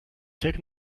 take